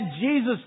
Jesus